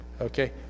Okay